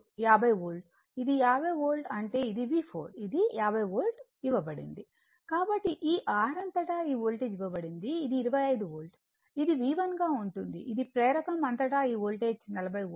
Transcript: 50 volt ఇది 50 volt అంటే ఇది V4 ఇది 50 వోల్ట్ ఇవ్వబడింది కాబట్టి ఈ R అంతటా ఈ వోల్టేజ్ ఇవ్వబడింది ఇది 25 వోల్ట్ ఇది V1 గా ఉంటుంది ఇది ప్రేరకం అంతటా ఈ వోల్టేజ్ 40 వోల్ట్